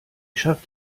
schafft